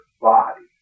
body